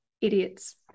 idiots